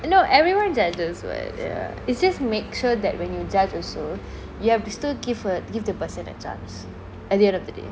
no everyone judges [what] it's just make sure that when you judge also you have to still give a give the person a chance at the end of the day